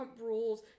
rules